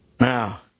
Now